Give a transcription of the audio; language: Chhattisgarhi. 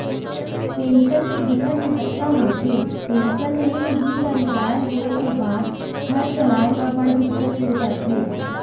पेंसन के बिकट महत्ता होथे, पेंसन नइ मिलही त रिटायर होए के बाद घर चलाए म बड़ दिक्कत हो जाथे